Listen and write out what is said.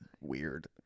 weird